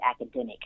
academic